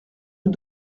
rue